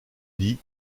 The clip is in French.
dit